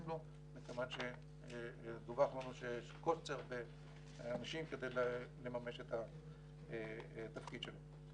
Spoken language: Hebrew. לו מכיוון שדווח לנו שיש קוצר באנשים כדי לממש את התפקיד שלהם.